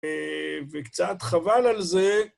וקצת חבל על זה.